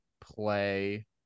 play